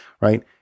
right